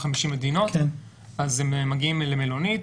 ב-50 מדינות הם מגיעים למלונית.